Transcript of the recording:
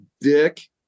dick